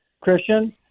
Christian